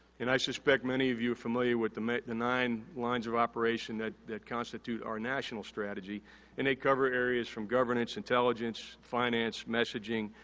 and, i suspect many of you are familiar with the and nine lines of operation that that constitute our national strategy and they cover areas from governance, intelligence, finance, messaging,